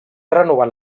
renovant